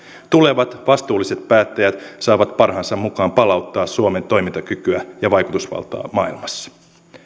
tulevat vastuulliset päättäjät saavat parhaansa mukaan palauttaa suomen toimintakykyä ja vaikutusvaltaa maailmassa